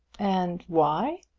and why?